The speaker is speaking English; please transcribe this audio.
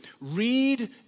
read